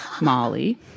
Molly